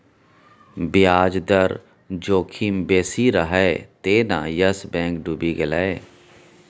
ब्याज दर जोखिम बेसी रहय तें न यस बैंक डुबि गेलै